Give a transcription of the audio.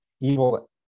evil